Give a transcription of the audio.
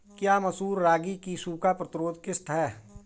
क्या मसूर रागी की सूखा प्रतिरोध किश्त है?